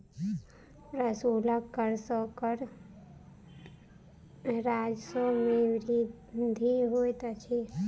प्रशुल्क कर सॅ कर राजस्व मे वृद्धि होइत अछि